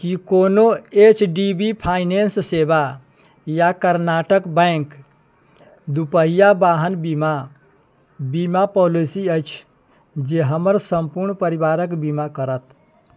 की कोनो H D B finance सेवा या कर्नाटक बैंक दुपहिआ वाहन बीमा बीमा पॉलिसी अछि जे हमर सम्पूर्ण परिवारक बीमा करत